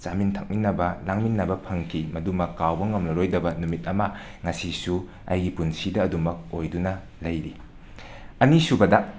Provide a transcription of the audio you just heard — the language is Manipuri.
ꯆꯥꯃꯤꯟ ꯊꯛꯃꯤꯟꯅꯕ ꯂꯥꯡꯃꯤꯟꯅꯕ ꯐꯪꯈꯤ ꯃꯗꯨ ꯑꯃ ꯀꯥꯎꯕ ꯉꯝꯂꯔꯣꯏꯗꯕ ꯅꯨꯃꯤꯠ ꯑꯃ ꯉꯁꯤꯁꯨ ꯑꯩꯒꯤ ꯄꯨꯟꯁꯤꯗ ꯑꯗꯨꯃꯛ ꯑꯣꯏꯗꯨꯅ ꯂꯩꯔ ꯑꯅꯤꯁꯨꯕꯗ